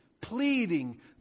pleading